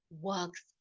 works